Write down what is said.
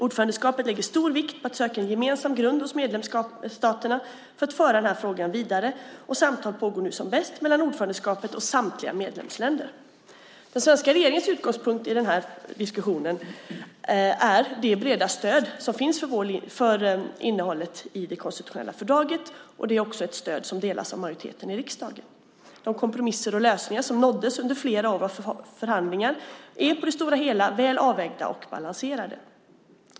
Ordförandeskapet lägger stor vikt vid att söka en gemensam grund hos medlemsstaterna för att föra frågan vidare, och samtal pågår nu som bäst mellan ordförandeskapet och samtliga medlemsländer. Den svenska regeringens utgångspunkt i diskussionerna är det breda stöd som finns för innehållet i det konstitutionella fördraget. Det stödet delas också av majoriteten i riksdagen. De kompromisser och lösningar som nåddes under flera år av förhandlingar är på det hela taget väl avvägda och balanserade.